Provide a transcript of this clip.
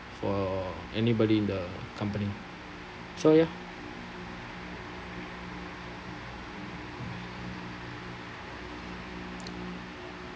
for anybody in the company so ya